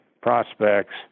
prospects